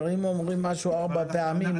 אם אומרים משהו ארבע פעמים,